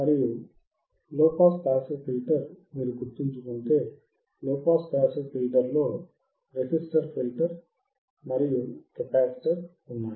మరియు low pass passive filter మీరు గుర్తుంచుకుంటే లోపాస్ పాసివ్ ఫిల్టర్ లో రెసిస్టర్ ఫిల్టర్ మరియు కెపాసిటర్ ఉన్నది